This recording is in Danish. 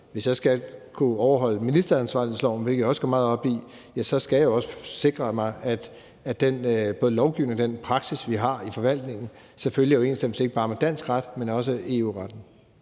hvis jeg skal kunne overholde ministeransvarlighedsloven, hvilket jeg også går meget op i, selvfølgelig også sikre mig, at både lovgivningen og den praksis, vi har i forvaltningen, er i overensstemmelse med ikke bare dansk ret, men også EU-retten.